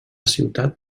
ciutat